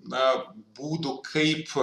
na būdų kaip